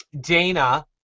Dana